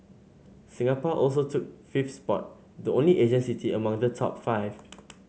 Singapore also took fifth spot the only Asian city among the top five